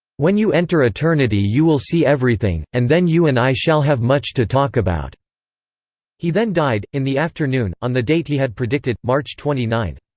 when you enter eternity you will see everything, and then you and i shall have much to talk about he then died, in the afternoon, on the date he had predicted, march twenty nine.